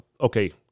Okay